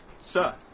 Sir